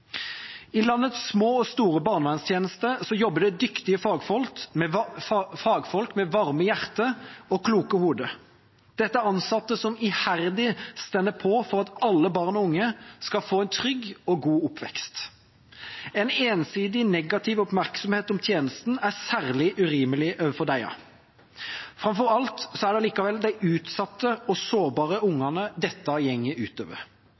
I landets små og store barnevernstjenester jobber det dyktige fagfolk med varme hjerter og kloke hoder. Dette er ansatte som iherdig står på for at alle barn og unge skal få en trygg og god oppvekst. En ensidig negativ oppmerksomhet om tjenesten er særlig urimelig overfor disse. Framfor alt er det allikevel de utsatte og sårbare